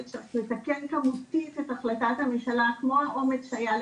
שצריך לתקן כמותית את החלטת הממשלה עצמה,